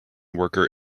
worker